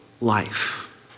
life